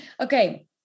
Okay